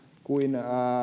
kuin